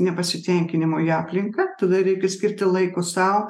nepasitenkinimo į aplinką tada reikia skirti laiko sau